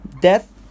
death